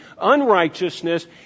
unrighteousness